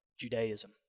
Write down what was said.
Judaism